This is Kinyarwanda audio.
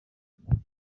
abafana